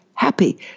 happy